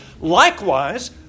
Likewise